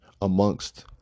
amongst